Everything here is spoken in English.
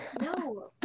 No